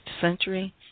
Century